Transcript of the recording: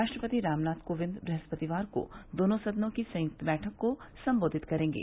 राष्ट्रपति रामनाथ कोविंद बृहस्पतिवार को दोनों सदनों की संयुक्त बैठक को संबोधित करेंगे